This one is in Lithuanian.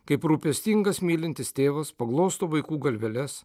kaip rūpestingas mylintis tėvas paglosto vaikų galveles